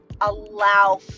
allow